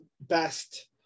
best